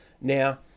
Now